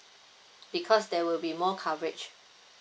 because there will be more coverage